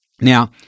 Now